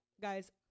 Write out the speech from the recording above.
guys